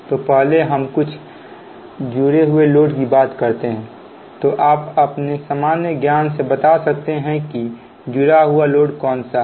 तो पहले हम कुछ जुड़े हुए लोड की बात करते हैं तो आप अपने सामान्य ज्ञान से बता सकते हैं की जुड़ा हुआ लोड कौन सा होगा